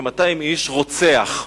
כ-200 איש, רוצח.